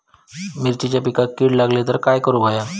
मिरचीच्या पिकांक कीड लागली तर काय करुक होया?